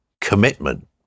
commitment